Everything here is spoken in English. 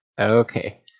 okay